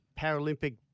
Paralympic